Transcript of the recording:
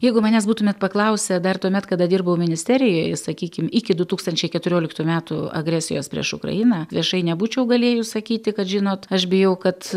jeigu manęs būtumėt paklausę dar tuomet kada dirbau ministerijoj sakykim iki du tūkstančiai keturioliktų metų agresijos prieš ukrainą viešai nebūčiau galėjus sakyti kad žinot aš bijau kad